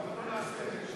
ההסתייגות של